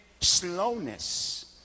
slowness